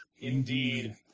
Indeed